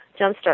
jumpstart